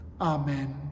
Amen